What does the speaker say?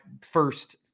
first